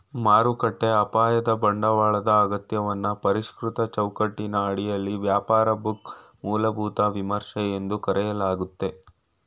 ಮಾರುಕಟ್ಟೆ ಅಪಾಯದ ಬಂಡವಾಳದ ಅಗತ್ಯವನ್ನ ಪರಿಷ್ಕೃತ ಚೌಕಟ್ಟಿನ ಅಡಿಯಲ್ಲಿ ವ್ಯಾಪಾರ ಬುಕ್ ಮೂಲಭೂತ ವಿಮರ್ಶೆ ಎಂದು ಕರೆಯಲಾಗುತ್ತೆ